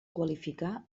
qualificar